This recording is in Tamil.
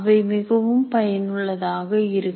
அவை மிகவும் பயனுள்ளதாக இருக்கும்